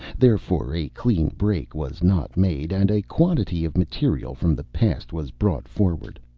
therefore a clean break was not made, and a quantity of material from the past was brought forward.